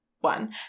one